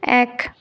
এক